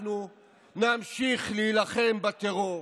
אנחנו נמשיך להילחם בטרור,